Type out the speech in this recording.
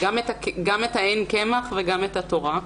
גם את האין קמח וגם את התורה.